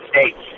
States